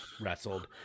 wrestled